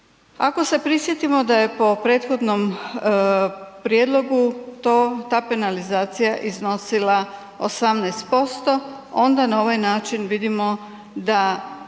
Ako se prisjetimo da je po prethodnom prijedlogu ta penalizacija iznosila 18% onda na ovaj način vidimo da